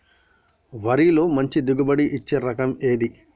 వరిలో మంచి దిగుబడి ఇచ్చే రకం ఏది?